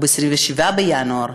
הוא ב-27 בינואר,